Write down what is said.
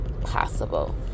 possible